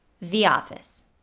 the office.